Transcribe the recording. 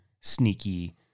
sneaky